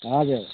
हजुर